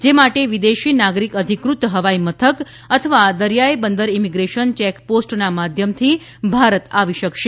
જે માટે વિદેશી નાગરિક અધિકૃત હવાઇમથક અથવા દરિયાઇ બંદર ઇમિગ્રેશન ચેક પોસ્ટના માધ્યમથી ભારત આવી શકશે